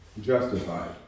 justified